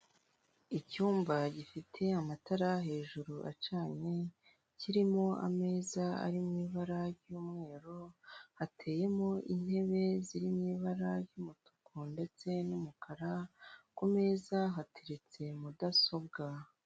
Icyumba gifite amatara hejuru acanye, kirimo ameza ari mu ibara ry'umweru, hateyemo intebe ziri mu ibara ry'umutuku ndetse n'umukara, ku meza hateretse mudasobwa.